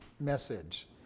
Message